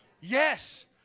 Yes